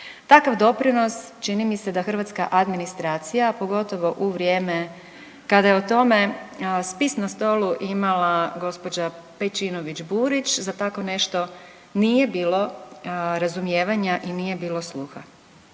Takav doprinos čini mi se da hrvatska administracija, a pogotovo u vrijeme kada je o tome spis na stolu imala gđa. Pejčinović Burić za tako nešto nije bilo razumijevanja i nije bilo sluha.